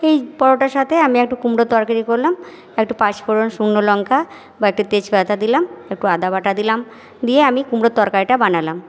এই পরোটার সাথে আমি একটু কুমড়োর তরকারি করলাম আর একটু পাঁচফোঁড়ন শুকনো লঙ্কা বা একটা তেজপাতা দিলাম একটু আদাবাটা দিলাম দিয়ে আমি কুমড়োর তরকারিটা বানালাম